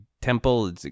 temple